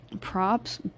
props